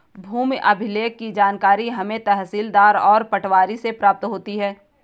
भूमि अभिलेख की जानकारी हमें तहसीलदार और पटवारी से प्राप्त होती है